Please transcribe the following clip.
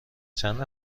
چند